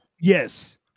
Yes